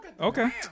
Okay